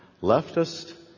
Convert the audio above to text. leftist